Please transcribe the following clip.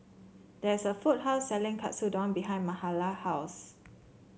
there is a food court selling Katsudon behind Mahala house